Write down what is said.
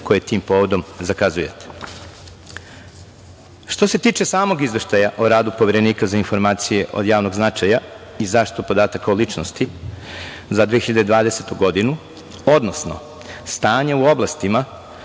koje tim povodom zakazujete. Što se tiče samog Izveštaja o radu Poverenika za informacije od javnog značaja i zaštitu podataka o ličnosti za 2020. godinu, odnosno stanja u oblastima